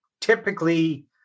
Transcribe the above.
typically